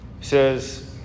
says